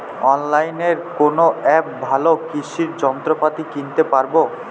অনলাইনের কোন অ্যাপে ভালো কৃষির যন্ত্রপাতি কিনতে পারবো?